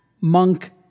Monk